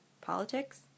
Politics